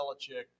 Belichick